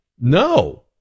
No